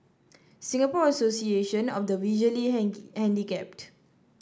Singapore Association of the Visually Handicapped